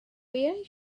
wyau